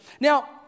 Now